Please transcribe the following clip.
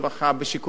בכל התחומים האלה.